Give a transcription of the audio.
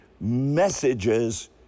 messages